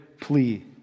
plea